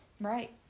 Right